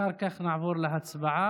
ואחר כך נעבור להצבעה.